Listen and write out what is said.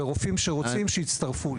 ורופאים שרוצים שיצטרפו.